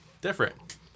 different